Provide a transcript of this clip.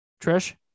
Trish